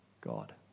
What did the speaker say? God